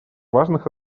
важных